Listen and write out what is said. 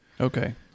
Okay